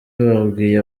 babwiye